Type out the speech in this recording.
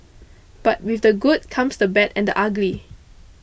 but with the good comes the bad and ugly